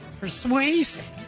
persuasive